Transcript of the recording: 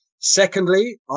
Secondly